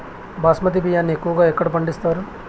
బాస్మతి బియ్యాన్ని ఎక్కువగా ఎక్కడ పండిస్తారు?